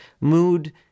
mood